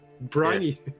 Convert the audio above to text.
Briny